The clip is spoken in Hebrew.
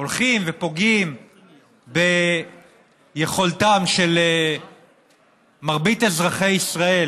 הולכים ופוגעים ביכולתם של מרבית אזרחי ישראל